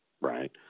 right